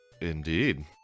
Indeed